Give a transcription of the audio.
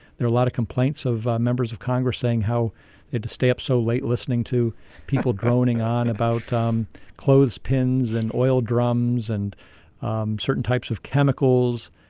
there were a lot of complaints of members of congress saying how they had to stay up so late listening to people droning on about um clothes pins and oil drums and um certain types of chemicals.